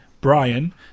Brian